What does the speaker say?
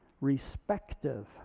respective